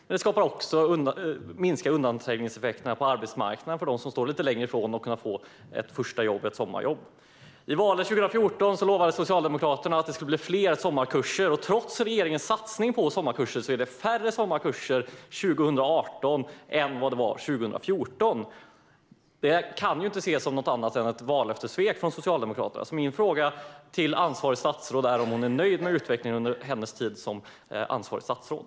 Det minskar också undanträngningseffekterna på arbetsmarknaden för dem som står lite längre ifrån så att de kan få ett första jobb, ett sommarjobb. I valrörelsen 2014 lovade Socialdemokraterna att det skulle bli fler sommarkurser. Men trots regeringens satsning på sommarkurser är det färre sommarkurser 2018 än vad det var 2014. Detta kan inte ses som något annat än ett vallöftessvek från Socialdemokraterna, så min fråga till ansvarigt statsråd är om hon är nöjd med utvecklingen under sin tid som ansvarigt statsråd.